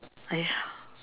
ya